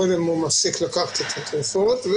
קודם הוא מפסיק לקחת את התרופות.